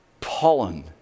pollen